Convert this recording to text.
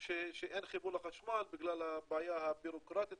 שאין חיבור לחשמל בגלל הבעיה הבירוקרטית